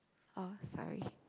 oh sorry